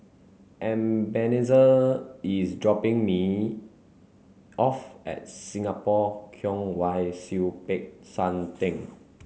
Ebenezer is dropping me off at Singapore Kwong Wai Siew Peck San Theng